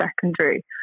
secondary